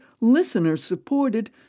listener-supported